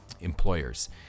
employers